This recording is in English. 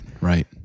right